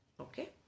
Okay